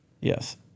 Yes